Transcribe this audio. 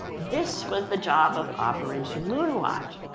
this was the job of operation moon watch.